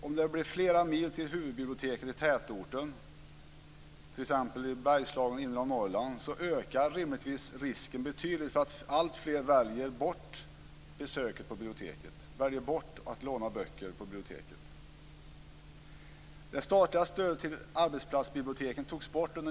Om det blir flera mil till huvudbiblioteket i tätorten, t.ex. i Bergslagen eller i det inre av Norrland, ökar rimligtvis risken betydligt för att alltfler väljer bort besöket på biblioteket, väljer bort att låna böcker på biblioteket.